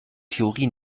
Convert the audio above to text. theorie